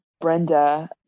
Brenda